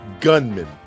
Gunman